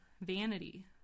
vanity